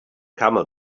camel